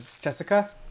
Jessica